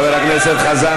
חבר הכנסת חזן,